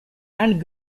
and